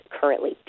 currently